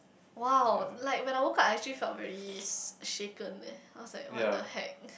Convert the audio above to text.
!wow! like when I woke up I actually felt very s~ shaken eh I was like what the heck